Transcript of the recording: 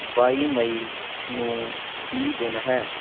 ਬਾਈ ਮਈ ਨੂੰ ਕੀ ਦਿਨ ਹੈ